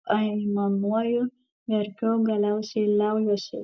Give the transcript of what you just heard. aimanuoju verkiu galiausiai liaujuosi